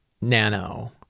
nano